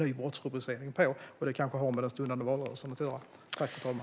Det kanske har med den stundande valrörelsen att göra.